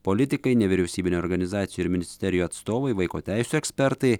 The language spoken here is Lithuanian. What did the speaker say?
politikai nevyriausybinių organizacijų ir ministerijų atstovai vaiko teisių ekspertai